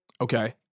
Okay